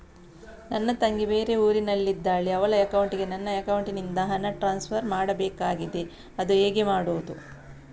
ನನ್ನ ತಂಗಿ ಬೇರೆ ಊರಿನಲ್ಲಿದಾಳೆ, ಅವಳ ಅಕೌಂಟಿಗೆ ನನ್ನ ಅಕೌಂಟಿನಿಂದ ಹಣ ಟ್ರಾನ್ಸ್ಫರ್ ಮಾಡ್ಬೇಕಾಗಿದೆ, ಅದು ಹೇಗೆ ಮಾಡುವುದು?